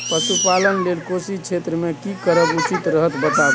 पशुपालन लेल कोशी क्षेत्र मे की करब उचित रहत बताबू?